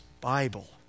Bible